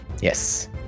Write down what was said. Yes